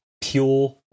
pure